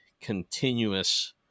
continuous